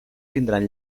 tindran